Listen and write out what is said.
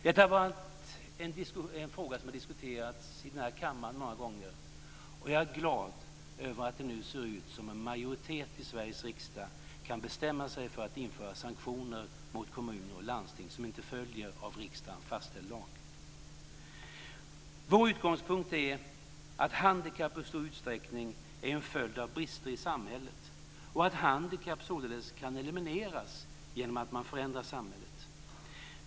Detta är en fråga som har diskuterats i denna kammare många gånger, och jag är glad över att det nu ser ut som att en majoritet i Sveriges riksdag kan bestämma sig för att införa sanktioner mot kommuner och landsting som inte följer av riksdagen fastställd lag. Vår utgångspunkt är att handikapp i stor utsträckning är en följd av brister i samhället och att handikapp således kan elimineras genom att man förändrar samhället.